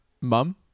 mum